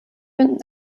finden